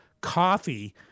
coffee